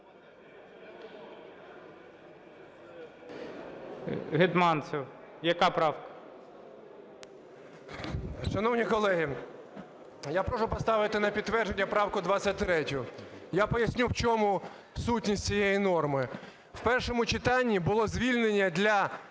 ГЕТМАНЦЕВ Д.О. Шановні колеги, я прошу поставити на підтвердження правку 23. Я поясню, в чому сутність цієї норми. В першому читанні було звільнення для